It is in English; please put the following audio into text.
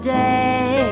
day